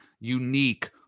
unique